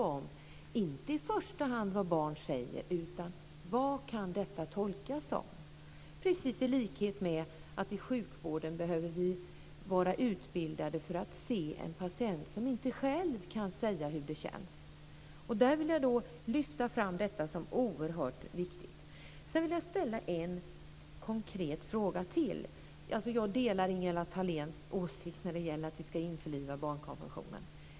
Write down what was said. Det gäller inte i första hand vad barn säger utan vad detta kan tolkas som. Det är likadant som inom sjukvården. Vi behöver vara utbildade för att se en patient som inte själv kan säga hur det känns. Jag vill lyfta fram detta som oerhört viktigt. Jag vill ställa en konkret fråga till. Jag delar Ingela Thaléns åsikt att vi ska införliva barnkonventionen.